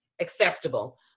acceptable